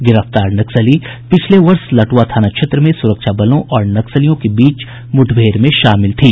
गिरफ्तार नक्सली पिछले वर्ष लटुआ थाना क्षेत्र में सुरक्षा बलों और नक्सलियों के बीच हुई मुठभेड़ में शामिल थी